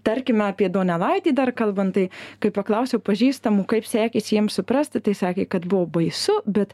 tarkime apie donelaitį dar kalbant tai kai paklausiau pažįstamų kaip sekėsi jiems suprasti tai sakė kad buvo baisu bet